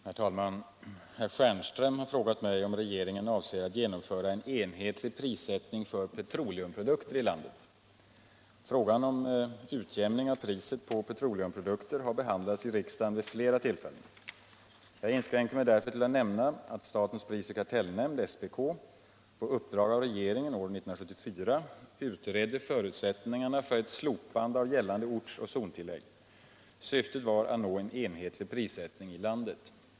Herr talman! Herr Stjernström har frågat mig, om regeringen avser att genomföra en enhetlig prissättning för petroleumprodukter i landet. Frågan om utjämning av priset på petroleumprodukter har behandlats i riksdagen vid flera tillfällen. Jag inskränker mig därför till att nämna att statens pris och kartellnämnd på uppdrag av regeringen år 1974 utredde förutsättningarna för ett slopande av gällande orts och zontillägg. Syftet var att nå en enhetlig prissättning i landet.